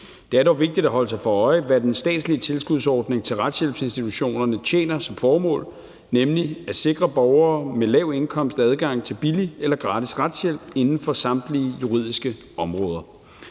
Det er dog vigtigt at holde sig for øje, hvilket formål den statslige tilskudsordning til retshjælpsinstitutionerne tjener, nemlig at sikre borgere med lav indkomst adgang til billig eller gratis retshjælp inden for samtlige juridiske områder.